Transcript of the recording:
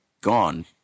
gone